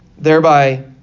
Thereby